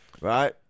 Right